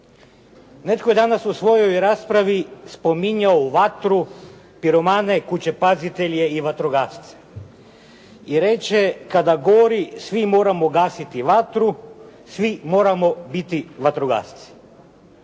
Netko je danas u svojoj raspravi spominjao vatru, piromane, kućepazitelje i vatrogasce. I reče: «Kada gori svi moramo gasiti vatru. Svi moramo biti vatrogasci.»